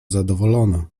zadowolona